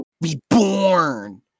Reborn